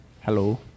Hello